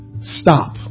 Stop